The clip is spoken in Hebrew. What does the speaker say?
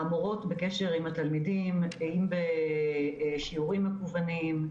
המורות בקשר עם התלמידים אם בשיעורים מקוונים,